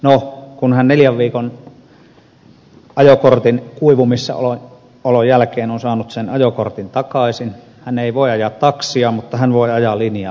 no kun hän neljän viikon ajokortin kuivumassa olon jälkeen on saanut sen ajokortin takaisin hän ei voi ajaa taksia mutta hän voi ajaa linja autoa